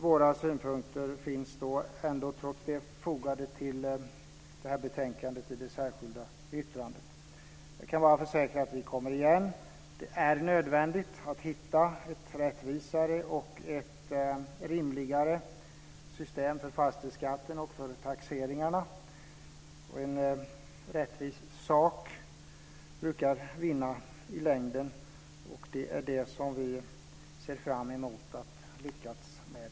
Våra synpunkter finns då fogade till betänkandet i det särskilda yttrandet. Jag kan bara försäkra att vi kommer igen. Det är nödvändigt att hitta ett rättvisare och rimligare system för fastighetsskatten och för taxeringarna. En rättvis sak brukar vinna i längden. Det är det som vi ser fram emot att lyckas med.